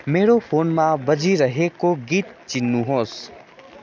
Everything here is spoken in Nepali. मेरो फोनमा बजिरहेको गीत चिन्नु होस्